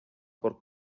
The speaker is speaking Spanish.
por